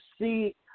see